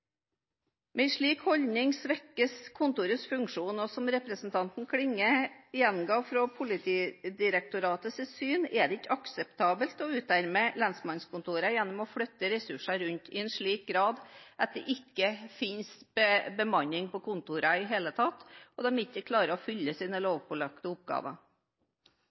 Med en slik holdning svekkes kontorets funksjon, og som representanten Klinge gjenga fra Politidirektoratets syn, er det ikke akseptabelt å utarme lensmannskontoret gjennom å flytte ressurser rundt i en slik grad at det ikke finnes bemanning på kontorene i det hele tatt, og de ikke klarer å fylle sine lovpålagte oppgaver.